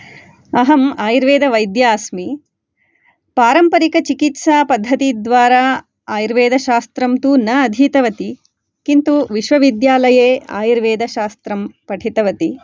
अहम् आयुर्वेदवैद्या अस्मि पारम्परिकचिकित्सापद्धतिद्वारा आयुर्वेदशास्त्रं तु न अधीतवती किन्तु विश्वविद्यालये आयुर्वेदशास्त्रं पठितवती